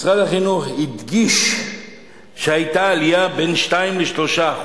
משרד החינוך הדגיש שהיתה עלייה בין 2% ל-3%